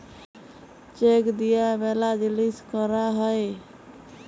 check দিয়া ম্যালা জিলিস ক্যরা হ্যয়ে